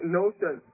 notion